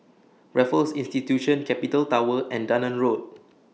Raffles Institution Capital Tower and Dunearn Road